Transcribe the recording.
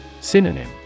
Synonym